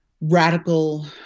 radical